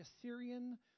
Assyrian